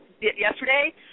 yesterday